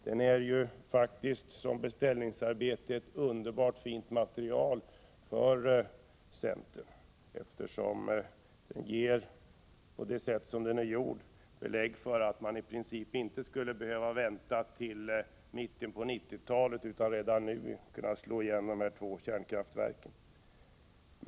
Den är som beställningsarbete ett underbart fint material för centern, eftersom den ger belägg för att man i princip inte skulle behöva vänta till mitten av 1990-talet, utan redan nu kunna slå igen dessa två kärnkraftverk.